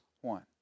one